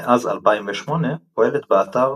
מאז 2008 פועלת באתר